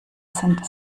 sind